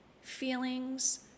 feelings